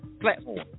platform